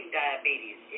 diabetes